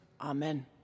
Amen